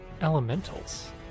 elementals